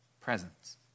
presence